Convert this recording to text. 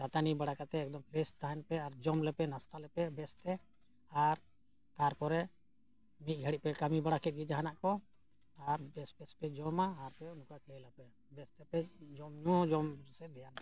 ᱫᱟᱹᱛᱟᱹᱱᱤ ᱵᱟᱲᱟ ᱠᱟᱛᱮᱫ ᱮᱠᱫᱚᱢ ᱯᱷᱨᱮᱥ ᱛᱟᱦᱮᱱ ᱯᱮ ᱟᱨ ᱡᱚᱢ ᱞᱮᱯᱮ ᱱᱟᱥᱛᱟ ᱞᱮᱯᱮ ᱵᱮᱥ ᱛᱮ ᱟᱨ ᱛᱟᱨᱯᱚᱨᱮ ᱢᱤᱫ ᱜᱷᱟᱹᱲᱤᱡ ᱯᱮ ᱠᱟᱹᱢᱤ ᱵᱟᱲᱟ ᱠᱮᱫ ᱜᱮ ᱡᱟᱦᱟᱱᱟᱜ ᱠᱚ ᱟᱨ ᱵᱮᱥ ᱵᱮᱥ ᱯᱮ ᱡᱚᱢᱟ ᱟᱨ ᱯᱮ ᱚᱱᱠᱟ ᱠᱷᱮᱞ ᱟᱯᱮ ᱵᱮᱥ ᱛᱮᱯᱮ ᱡᱚᱢ ᱧᱩ ᱡᱚᱢ ᱥᱮ ᱵᱮᱭᱟᱢ ᱛᱮᱫᱚ